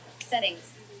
Settings